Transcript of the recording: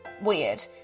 weird